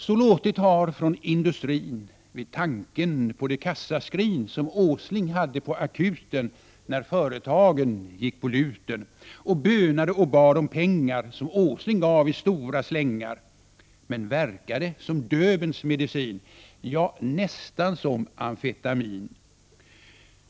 Så låtit har från industrin vid tanken på det kassaskrin som Åsling hade på ”Akuten” när företagen gick på ”luten” och bönade och bad om pengar, som Åsling gav i stora slängar. Men verkade som Döbelns medicin, ja, nästan som amfetamin!